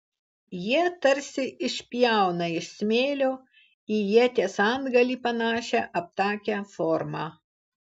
jie tarsi išpjauna iš smėlio į ieties antgalį panašią aptakią formą